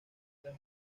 otras